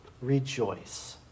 Rejoice